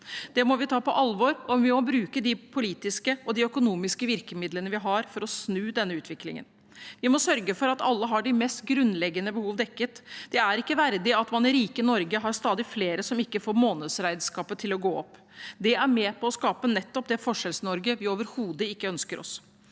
Det må vi ta på alvor, og vi må bruke de politiske og økonomiske virkemidlene vi har, for å snu denne utviklingen. Vi må sørge for at alle har de mest grunnleggende behov dekket. Det er ikke verdig at man i rike Norge har stadig flere som ikke får månedsregnskapet til å gå opp – det er med på å skape nettopp det Forskjells-Norge vi overhodet ikke ønsker oss.